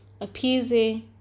appeasing